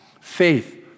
Faith